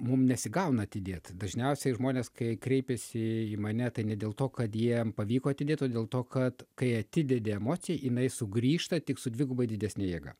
mum nesigauna atidėt dažniausiai žmonės kai kreipiasi į mane tai ne dėl to kad jiem pavyko atidėt o dėl to kad kai atidedi emociją jinai sugrįžta tik su dvigubai didesne jėga